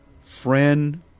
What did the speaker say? friend